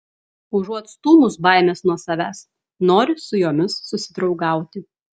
užuot stūmus baimes nuo savęs nori su jomis susidraugauti